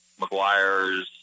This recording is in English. McGuire's